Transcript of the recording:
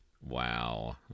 Wow